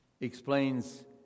explains